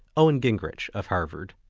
owen gingerich of harvard.